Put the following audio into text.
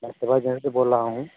मैं सिवाजी नगर से बोल रहा हूँ